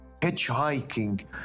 hitchhiking